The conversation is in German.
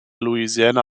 louisiana